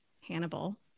Hannibal